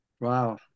Wow